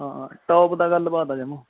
ਹਾਂ ਟੋਪ ਦੀ ਗੱਲ ਬਾਤ ਹੈ ਜਮਾਂ